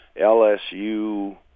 LSU